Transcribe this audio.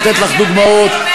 בדבוס?